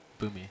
Boomy